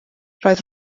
roedd